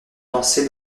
danser